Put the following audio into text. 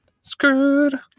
Screwed